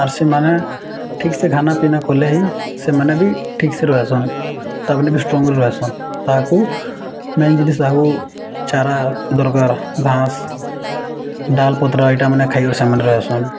ଆର୍ ସେମାନେ ଠିକ୍ସେ ଖାନାପିନା କଲେ ହିଁ ସେମାନେ ବି ଠିକ୍ସେ ରହେସନ୍ ତାପରେ ବି ଷ୍ଟ୍ରଙ୍ଗରେ ରହେସନ୍ ତାହାକୁ ମେନ୍ ଜିନିଷ ତାହାକୁ ଚାରା ଦରକାର ଘାସ ଡାଲପତ୍ର ଆଇଟମ୍ ଖାଇବାର ସେମାନେ ରହିବାସନ୍